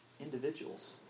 individuals